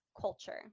culture